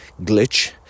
glitch